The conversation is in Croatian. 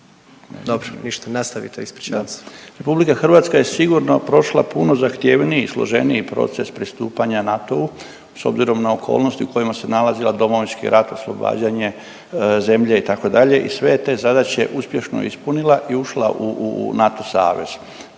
Dobro ništa, nastavite, ispričavam se. **Šašlin, Stipan (HDZ)** RH je sigurno prošla puno zahtjevniji i složeniji proces pristupanja NATO-u s obzirom na okolnosti u kojima se nalazila Domovinski rat, oslobađanje zemlje itd. i sve je te zadaće uspješno ispunila i ušla u NATO savez